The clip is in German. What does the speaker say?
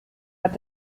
hat